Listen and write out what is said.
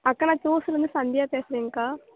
அக்கா நான் இருந்து சந்தியா பேசுகிறேன்கா